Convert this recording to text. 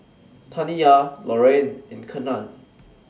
Taniyah Lorayne and Kenan